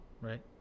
right